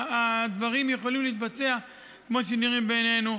הדברים יכולים להתבצע כמו שנראה בעינינו.